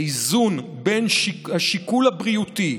האיזון בין השיקול הבריאותי,